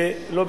ולא,